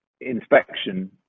inspection